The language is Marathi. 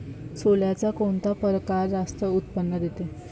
सोल्याचा कोनता परकार जास्त उत्पन्न देते?